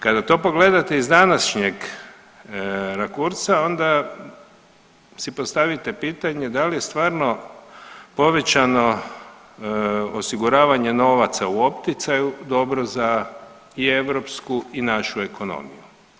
Kada to pogledate iz današnjeg rakursa onda si postavite pitanje da li je stvarno povećano osiguravanje novaca u opticaju dobro za i europsku i našu ekonomiju.